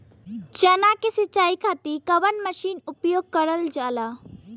चना के सिंचाई खाती कवन मसीन उपयोग करल जाला?